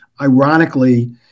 Ironically